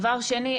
דבר שני,